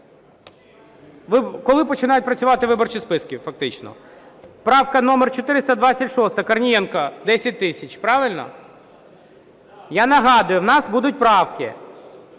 коли починають працювати виборчі списки фактично. Правка номер 426, Корнієнко, 10 тисяч. Правильно? Я нагадую, в нас будуть правки: